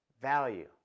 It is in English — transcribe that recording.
value